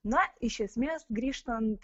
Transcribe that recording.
na iš esmės grįžtant